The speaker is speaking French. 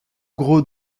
gros